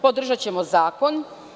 Podržaćemo zakon.